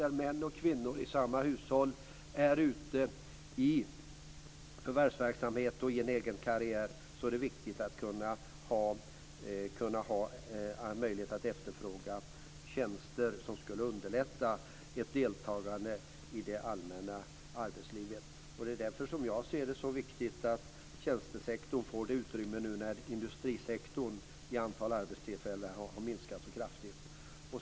När män och kvinnor i samma hushåll är ute i förvärvsverksamhet och i egna karriärer är det viktigt att ha möjlighet att efterfråga tjänster som skulle underlätta ett deltagande i det allmänna arbetslivet. Det är därför som jag ser det som så viktigt att tjänstesektorn får detta utrymme, nu när industrisektorn har minskat så kraftigt räknat i antalet arbetstillfällen.